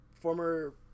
former